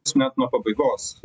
smet nuo pabaigos